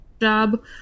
job